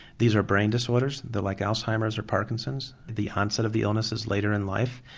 these are brain disorders, they're like alzheimer's or parkinson's, the onset of the illnesses later in life,